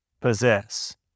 possess